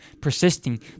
persisting